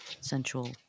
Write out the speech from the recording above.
sensual